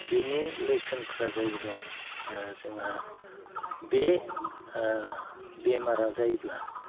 बिनि लैखोनफ्रा जाहैबाय जोंहा बे बे बेमारा जायोब्ला